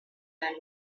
man